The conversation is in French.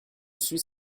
suis